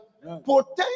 Potential